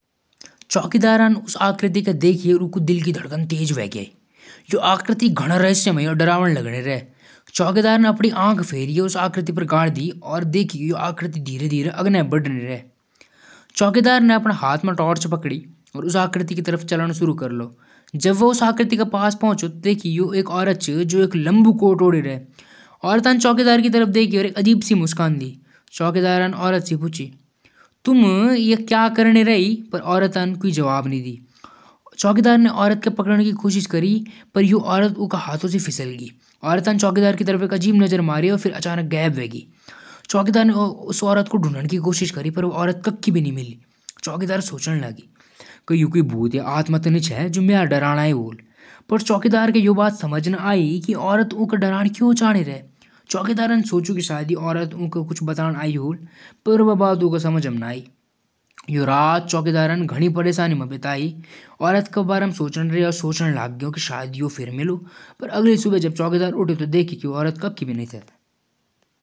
ओह, सच्ची? क्या हुआ? अपणी तो कख बात नैं? वो तो बड ठीक बात करणी लगण। ऐसा कुछ बोल दीन क, जैंस आप दुखी हो ग्यौं? आप खुलके बोलण, म समझण की कोशिश करु। हो सकदु कि कख गलतफहमी हुइ। पड़ोस म रिश्ते ठीक राखण जरूरी हुइ। अगर बात सुलझण की जरूरत हुइ, त अपणी मदद करदु।